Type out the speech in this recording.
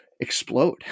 explode